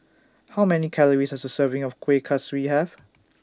How Many Calories Does A Serving of Kuih Kaswi Have